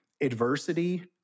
adversity